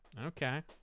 Okay